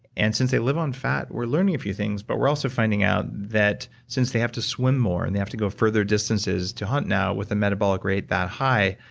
and since they live on fat we're learning a few things, but we're also finding out that since they have to swim more, and they have to go further distances to hunt now, with a metabolic rate that high,